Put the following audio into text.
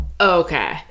Okay